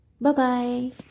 Bye-bye